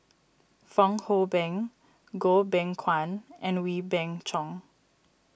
Fong Hoe Beng Goh Beng Kwan and Wee Beng Chong